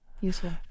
useful